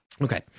Okay